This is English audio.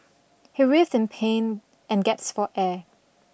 he writhed in pain and gasped for air